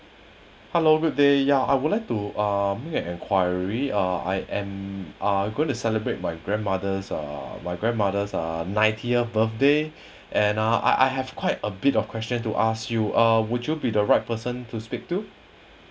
hello good day ya I would like to uh make an enquiry ah I am uh going to celebrate my grandmother's uh my grandmother uh ninetieth birthday and uh I I have quite a bit of question to ask you uh would you be the right person to speak to